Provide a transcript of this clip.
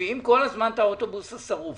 מביאים כל הזמן את האוטובוס השרוף,